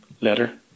letter